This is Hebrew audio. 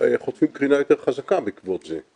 חוטפים קרינה יותר חזקה בעקבות זה.